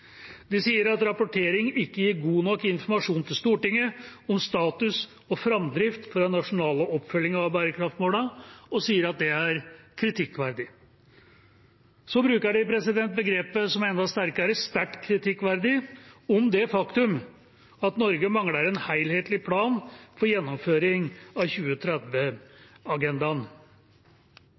sier at rapportering ikke gir god nok informasjon til Stortinget om status og framdrift for den nasjonale oppfølgingen av bærekraftsmålene, og sier at det er kritikkverdig. Så bruker de det begrepet som er enda sterkere, «sterkt kritikkverdig», om det faktum at Norge mangler en helhetlig plan for gjennomføring av